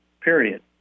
period